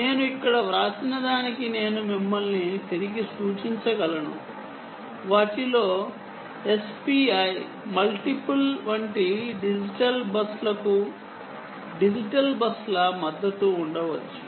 నేను ఇక్కడ వ్రాసినదానికి నేను మిమ్మల్ని తిరిగి సూచించగలను వాటిలో SPI మల్టిపుల్ వంటి డిజిటల్ బస్ లకు డిజిటల్ బస్ ల మద్దతు ఉండవచ్చు